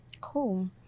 cool